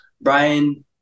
Brian